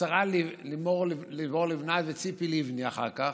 השרה לימור לבנת, וציפי לבני אחר כך,